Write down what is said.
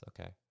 okay